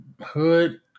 hood